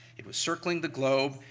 it was circling the globe,